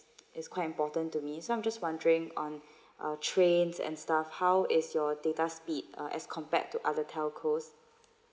is quite important to me so I'm just wondering on uh trains and stuff how is your data speed uh as compared to other telcos